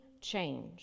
change